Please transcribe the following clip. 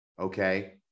Okay